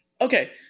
Okay